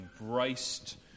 embraced